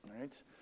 right